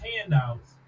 handouts